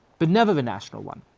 but never the national one.